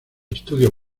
estudios